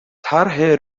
طرح